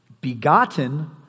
begotten